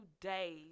days